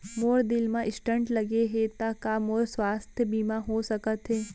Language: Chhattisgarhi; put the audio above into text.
मोर दिल मा स्टन्ट लगे हे ता का मोर स्वास्थ बीमा हो सकत हे?